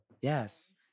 Yes